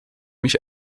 mich